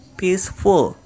peaceful